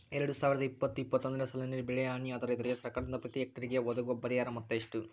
ಎರಡು ಸಾವಿರದ ಇಪ್ಪತ್ತು ಇಪ್ಪತ್ತೊಂದನೆ ಸಾಲಿನಲ್ಲಿ ಬೆಳೆ ಹಾನಿಯಾದ ರೈತರಿಗೆ ಸರ್ಕಾರದಿಂದ ಪ್ರತಿ ಹೆಕ್ಟರ್ ಗೆ ಒದಗುವ ಪರಿಹಾರ ಮೊತ್ತ ಎಷ್ಟು?